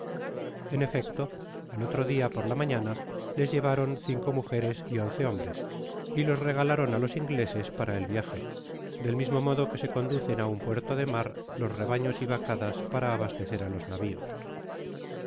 en efecto al otro dia por la mafiana les'flévarón cinco moje res y once hombres y los regalaron á los imdese para el viaje del mismo modo que se cominos á un puerto de mar los rebaños y vacadas para abastecer á los navios